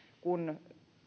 kun